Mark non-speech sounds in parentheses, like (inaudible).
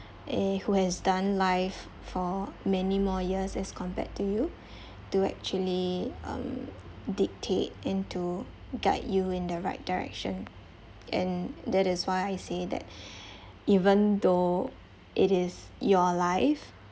eh who has done life for many more years as compared to you (breath) to actually um dictate and to guide you in the right direction and that is why I say that (breath) even though it is your life